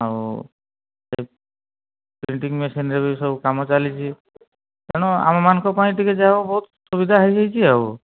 ଆଉ ପ୍ରିଣ୍ଟିଙ୍ଗ୍ ମେସିନ୍ରେ ବି ସବୁ କାମ ଚାଲିଚି ତେଣୁ ଆମ ମାନଙ୍କ ପାଇଁ ଟିକେ ଯାହା ହେଉ ବହୁତ ସୁବିଧା ହୋଇଯାଇଛି ଆଉ